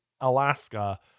Alaska